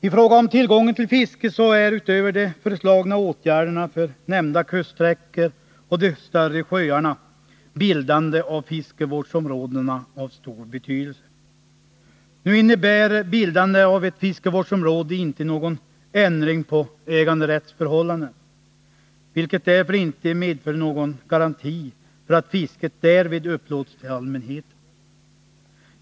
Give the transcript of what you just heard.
I fråga om tillgången till fiske är, utöver de föreslagna åtgärderna för nämnda kuststräckor och de större sjöarna, bildande av fiskevårdsområden av stor betydelse. Nu innebär bildande av ett fiskevårdsområde inte någon ändring av äganderättsförhållandena och medför alltså inte någon garanti för att fisket därvid upplåts till allmänheten.